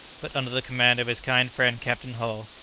but under the command of his kind friend captain hull,